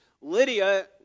Lydia